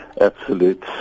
absolute